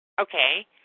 Okay